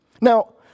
Now